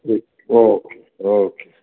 ji okay okay